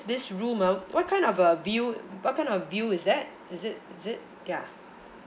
this room ah what kind of a view what kind of view is that is it is it ya